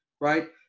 right